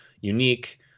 unique